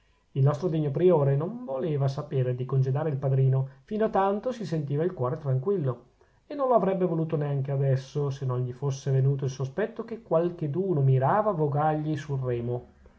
il nostro degno priore non voleva saperne di congedare il padrino fino a tanto si sentiva il cuore tranquillo e non lo avrebbe voluto neanche adesso se non gli fosse venuto il sospetto che qualcheduno mirava a vogargli sul remo